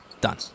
Done